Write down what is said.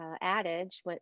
adage